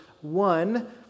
one